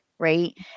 Right